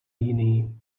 jiný